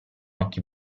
occhi